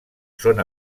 són